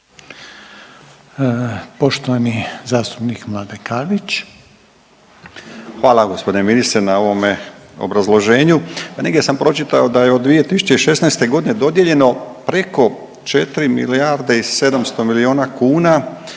Karlić. **Karlić, Mladen (HDZ)** Hvala gospodine ministre na ovome obrazloženju. A negdje sam pročitao da je od 2016. godine dodijeljeno preko 4 milijarde i 700 miliona kuna